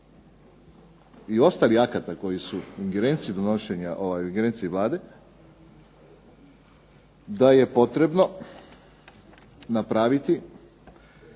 i ostalih akata koji su u ingerenciji Vlade, da je potrebno napraviti